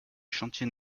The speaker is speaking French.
chantiers